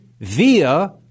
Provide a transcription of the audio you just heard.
via